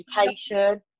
education